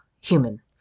human